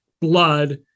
blood